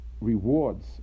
rewards